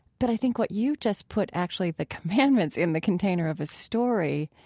but i think what you just put actually the commandments in the container of a story,